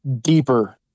deeper